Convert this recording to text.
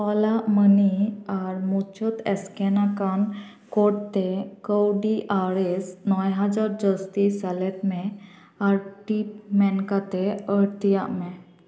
ᱚᱞᱟᱜ ᱢᱟᱹᱱᱤ ᱟᱨ ᱢᱩᱪᱟᱹᱫ ᱮᱥᱠᱮᱱᱟᱠᱟᱱ ᱠᱳᱰ ᱛᱮ ᱠᱟᱹᱣᱰᱤ ᱟᱨᱮᱥ ᱱᱚᱭ ᱦᱟᱡᱟᱨ ᱡᱟᱹᱥᱛᱤ ᱥᱮᱞᱮᱫ ᱢᱮ ᱟᱨ ᱴᱤᱯ ᱢᱮᱱ ᱠᱟᱛᱮ ᱟᱹᱲᱛᱤᱭᱟᱜ ᱢᱮ